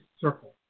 Circle